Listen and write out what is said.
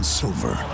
silver